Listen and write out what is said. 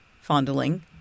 Fondling